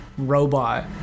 robot